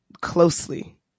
closely